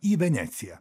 į veneciją